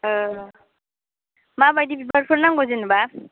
माबायदि बिबारखौ नांगौ जेन'बा